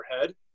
head